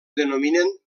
denominen